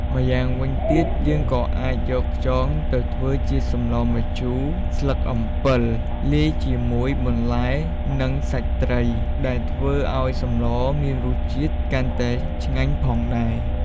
ម្យ៉ាងវិញទៀត យើងក៏អាចយកខ្យងទៅធ្វើជាសម្លរម្ជូរស្លឹកអំពិល លាយជាមួយបន្លែនិងសាច់ត្រី ដែលធ្វើឱ្យសម្លរមានរសជាតិកាន់តែឆ្ងាញ់ផងដែរ។